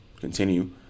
continue